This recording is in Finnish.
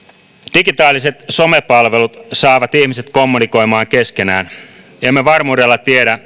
digitaaliset somepalvelut saavat ihmiset kommunikoimaan keskenään emme varmuudella tiedä